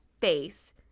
face